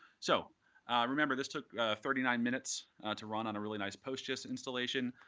so remember, this took thirty nine minutes to run on a really nice postgis installation.